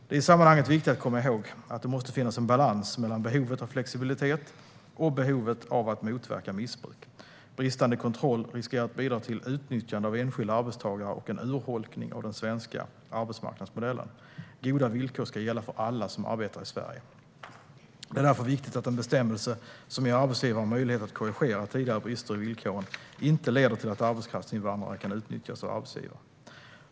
Det är i sammanhanget viktigt att komma ihåg att det måste finnas en balans mellan behovet av flexibilitet och behovet av att motverka missbruk. Bristande kontroll riskerar att bidra till utnyttjande av enskilda arbetstagare och en urholkning av den svenska arbetsmarknadsmodellen. Goda villkor ska gälla för alla som arbetar i Sverige. Det är därför viktigt att en bestämmelse som ger arbetsgivare möjlighet att korrigera tidigare brister i villkoren inte leder till att arbetskraftsinvandrare kan utnyttjas av arbetsgivare.